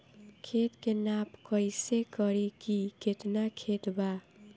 खेत के नाप कइसे करी की केतना खेत बा?